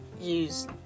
use